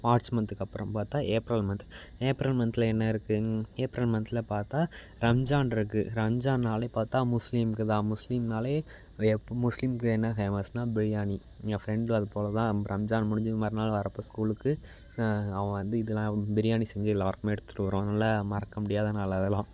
March மந்த்துக்கு அப்புறம் பார்த்தா ஏப்ரல் மந்த் ஏப்ரல் மந்த்தில் என்ன இருக்குது ஏப்ரல் மந்த்தில் பார்த்தா ரம்ஜான் இருக்குது ரம்ஜான்னாலே பார்த்தா முஸ்லீமுக்கு தான் முஸ்லீம்னாலே எ முஸ்லீமுக்கு என்ன ஃபேமஸுனா பிரியாணி என் ஃப்ரெண்டு அது போல் தான் ரம்ஜான் முடிஞ்சு மறுநாள் வர்றப்போ ஸ்கூலுக்கு அவன் வந்து இதுலாம் பிரியாணி செஞ்சு எல்லோருக்குமே எடுத்துட்டு வருவான் அதனால் மறக்க முடியாத நாள் அதெல்லாம்